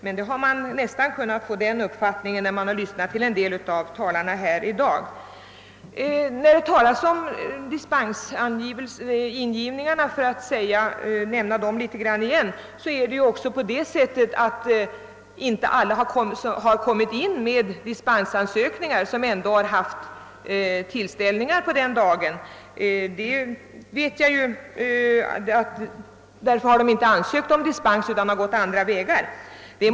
Man har nästan kunnat få den uppfattningen när man har lyssnat till en del av talarna här i dag. För att återkomma till dispensgivningen vill jag nämna att inte alla de som ordnat tillställningar på dessa helgdagar har lämnat in dispensansökningar, utan många har gått andra vägar.